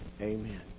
amen